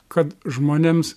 kad žmonėms